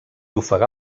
ofegar